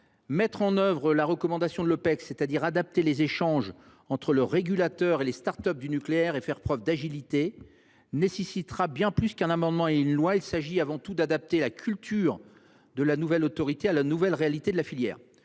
Mettre en œuvre la recommandation de l’Opecst, c’est à dire adapter les échanges entre le régulateur et les start up du nucléaire et faire preuve d’agilité, nécessitera bien plus qu’un amendement législatif. Il s’agit avant tout d’adapter la culture de la future autorité à la nouvelle réalité de la filière.